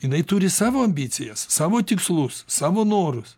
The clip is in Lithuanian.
jinai turi savo ambicijas savo tikslus savo norus